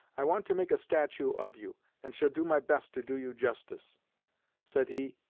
i want to make a statue of you, and shall do my best to do you justice said he,